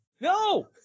No